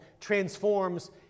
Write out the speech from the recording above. transforms